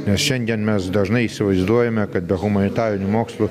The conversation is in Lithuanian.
nes šiandien mes dažnai įsivaizduojame kad be humanitarinių mokslų